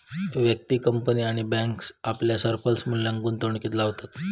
व्यक्ती, कंपनी किंवा बॅन्क आपल्या सरप्लस मुल्याक गुंतवणुकीत लावतत